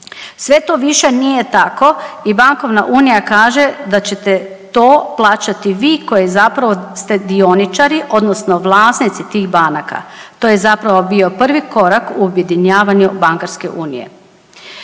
Sve to više nije tako i bankovna unija kaže da ćete to plaćati vi koji zapravo ste dioničari odnosno vlasnici tih banaka. To je zapravo bio prvi korak u objedinjavanju bankarske unije.